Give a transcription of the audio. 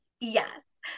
yes